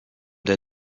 der